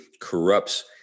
corrupts